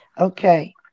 Okay